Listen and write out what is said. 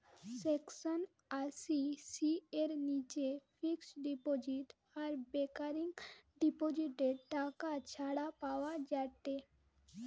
section আশি C এর নিচে ফিক্সড ডিপোজিট আর রেকারিং ডিপোজিটে টাকা ছাড় পাওয়া যায়েটে